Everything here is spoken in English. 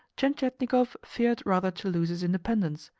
tientietnikov feared rather to lose his independence,